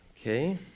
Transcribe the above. Okay